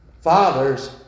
fathers